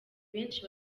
benshi